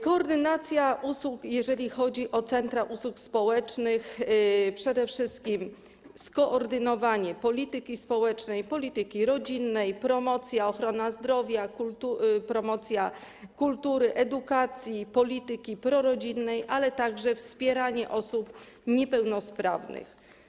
Koordynacja usług, jeżeli chodzi o centra usług społecznych, to przede wszystkim skoordynowanie polityki społecznej, polityki rodzinnej, promocja ochrony zdrowia, promocja kultury, edukacji, polityki prorodzinnej, ale także wspieranie osób niepełnosprawnych.